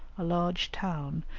a large town,